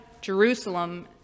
Jerusalem